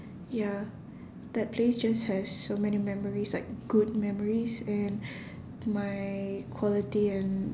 ya that place just has so many memories like good memories and my quality and